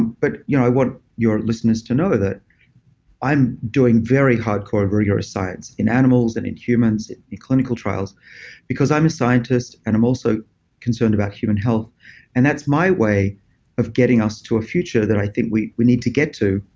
but you know i want your listeners to know that i'm doing very hardcore science in animals and in humans, in in clinical trials because i'm a scientist. and i'm also concerned about human health and that's my way of getting us to a future that i think we we need to get to